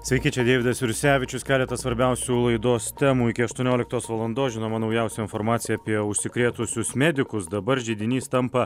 sveiki čia deividas jursevičius keletas svarbiausių laidos temų iki aštuonioliktos valandos žinoma naujausia informacija apie užsikrėtusius medikus dabar židinys tampa